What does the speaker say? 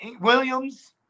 Williams